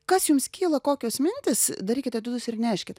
kas jums kyla kokios mintys darykit etiudus ir neškit